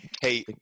Hey